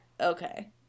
Okay